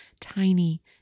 tiny